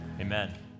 amen